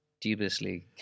Dubiously